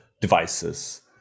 devices